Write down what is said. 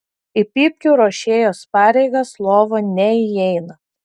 į pypkių ruošėjos pareigas lova neįeina